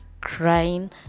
crying